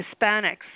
Hispanics